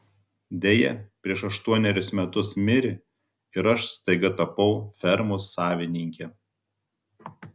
deja prieš aštuonerius metus mirė ir aš staiga tapau fermos savininke